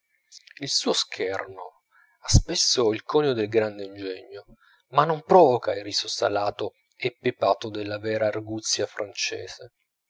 il suo scherno ha spesso il conio del grande ingegno ma non provoca il riso salato e pepato della vera arguzia francese